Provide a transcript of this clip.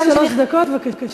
הפעלתי שלוש דקות, בבקשה.